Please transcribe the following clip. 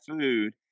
food